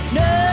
no